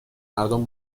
مردم